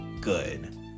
good